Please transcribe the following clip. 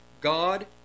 God